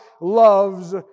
loves